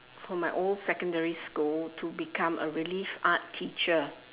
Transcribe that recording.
for my old secondary school to become a relief art teacher